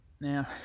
Now